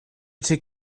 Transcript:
took